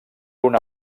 una